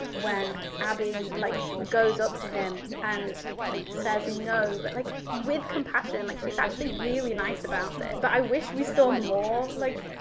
when abby like goes up to him, and like says no, but like with compassion. like she's actually really nice about it. but i wish we saw more like,